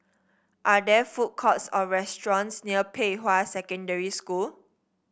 are there food courts or restaurants near Pei Hwa Secondary School